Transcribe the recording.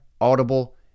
Audible